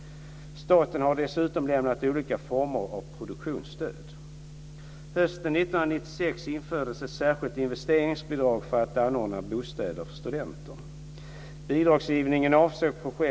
Staten har dessutom lämnat olika former av produktionsstöd.